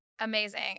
Amazing